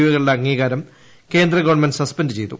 O കളുടെ അംഗീകാരം കേന്ദ്രഗവൺമെന്റ് സ്പെൻഡ് ചെയ്തു